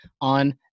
on